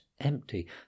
empty